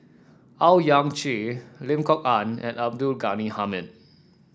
Owyang Chi Lim Kok Ann and Abdul Ghani Hamid